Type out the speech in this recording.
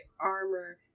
armor